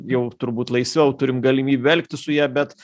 jau turbūt laisviau turim galimybę elgtis su ja bet